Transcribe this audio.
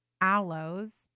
aloes